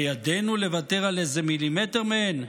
הבידנו לוותר על איזה מילימטר מהן?